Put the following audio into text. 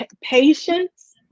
patience